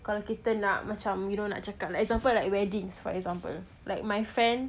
kalau kita nak macam you know like cakap example like wedding my friend